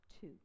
two